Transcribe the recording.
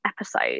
episode